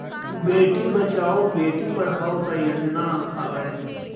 बेटी बचाओ बेटी पढ़ाओ का योजना हवे?